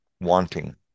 Wanting